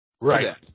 Right